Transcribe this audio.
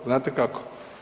Znate kako?